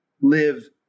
live